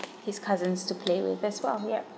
his cousins to play with as well yup